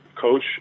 coach